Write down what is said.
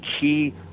key